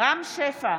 רם שפע,